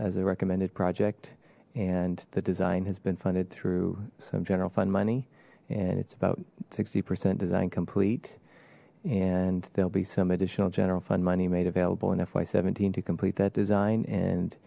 as a recommended project and the design has been funded through some general fund money and it's about sixty percent design complete and there'll be some additional general fund money made available in fy seventeen to complete that design and